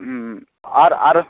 হুম আর আর